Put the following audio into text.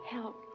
Help